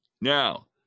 Now